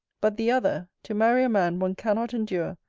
but the other, to marry a man one cannot endure,